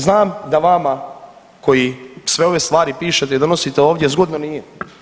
Znam da vama koji sve ove stvari pišete i donosite zgodno nije.